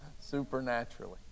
supernaturally